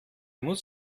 muss